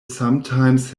sometimes